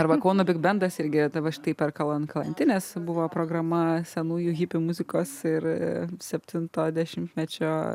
arba kauno bigbendas irgi vat štai perka an krantinės buvo programa senųjų hipių muzikos ir septinto dešimtmečio